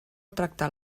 tractar